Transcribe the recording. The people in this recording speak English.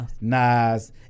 Nas